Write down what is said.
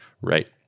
right